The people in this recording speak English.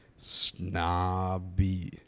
Snobby